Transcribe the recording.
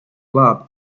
club